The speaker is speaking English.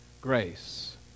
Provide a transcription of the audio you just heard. grace